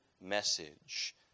message